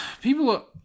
people